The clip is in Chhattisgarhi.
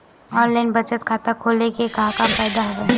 ऑनलाइन बचत खाता खोले के का का फ़ायदा हवय